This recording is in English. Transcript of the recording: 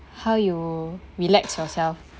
how you relax yourself